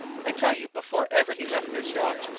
i tell you before ever he left this yacht,